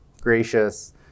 gracious